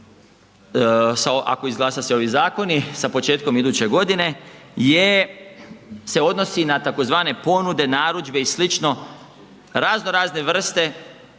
ako izglasa se ovi zakonu sa početkom iduće godine je se odnosi na tzv. ponude, narudžbe i sl. razno razne vrste